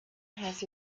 has